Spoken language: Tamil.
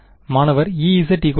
மாணவர் Ez ϕ1